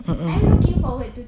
mm mm